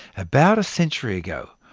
about a century ago,